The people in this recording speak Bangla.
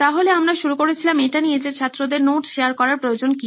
সুতরাং আমরা শুরু করেছিলাম এটা নিয়ে যে ছাত্রদের নোট শেয়ার করার প্রয়োজন কি